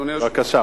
אדוני היושב-ראש,